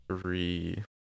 three